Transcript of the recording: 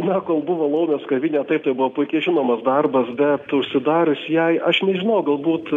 na kol buvo laumės kavinė taip buvo puikiai žinomas darbas bet užsidarius jai aš nežinau gal būt